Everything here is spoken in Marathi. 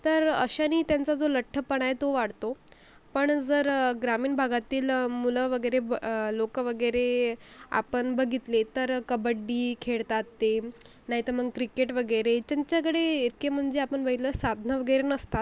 तर अशानी त्यांचा जो लठ्ठपणा आहे तो वाढतो पण जर ग्रामीण भागातील मुलं वगैरे लोक वगैरे आपण बघितले तर कबड्डी खेळतात ते नाहीत मग क्रिकेट वगैरे त्यांच्याकडे इतके म्हणजे आपण बघितलं साधनं वगेरे नसतात